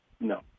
no